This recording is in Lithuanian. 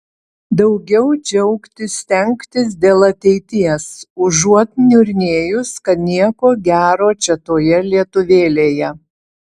daugiau džiaugtis stengtis dėl ateities užuot niurnėjus kad nieko gero čia toje lietuvėlėje